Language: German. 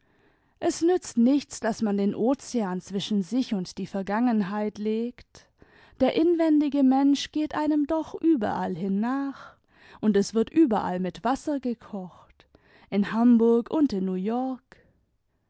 es nützt nichts daß man den ozean zwischen sich und die vergangenheit legt der inwendige mensch geht einem doch überallhin nach und es wird überall mit wasser gekocht in hamburg und in new york